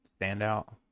Standout